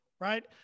right